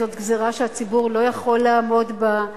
זאת גזירה שהציבור לא יכול לעמוד בה,